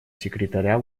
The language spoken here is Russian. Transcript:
секретаря